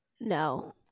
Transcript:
No